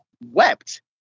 wept